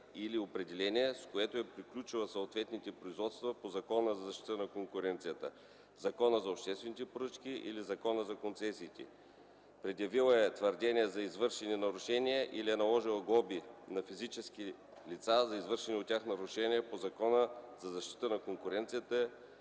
или определения, с които е приключила съответните производства по Закона за защита на конкуренцията, Закона за обществените поръчки или Закона за концесиите, предявила е твърдения за извършени нарушения или е наложила глоби на физически лица за извършени от тях нарушения по Закона за защита на конкуренцията